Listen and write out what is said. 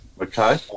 Okay